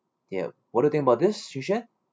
ya what do you think about this siew tsen